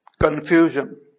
confusion